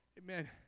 Amen